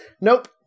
nope